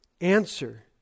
answer